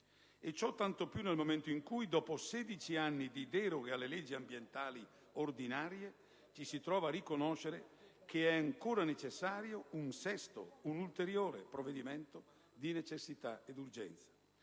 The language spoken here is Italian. e ciò tanto più nel momento in cui, dopo 16 anni di deroghe alle leggi ambientali ordinarie, ci si trova a riconoscere che è ancora necessario un ulteriore - il sesto - provvedimento di necessità ed urgenza.